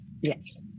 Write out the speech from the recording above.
Yes